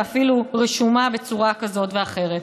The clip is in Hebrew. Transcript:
ואפילו רשומה בצורה כזאת ואחרת.